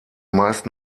meist